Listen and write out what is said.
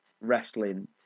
wrestling